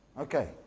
Okay